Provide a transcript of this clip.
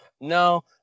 No